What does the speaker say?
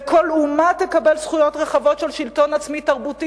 וכל אומה תקבל זכויות רחבות של שלטון עצמי תרבותי",